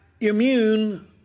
immune